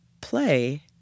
play